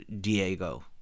Diego